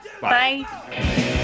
bye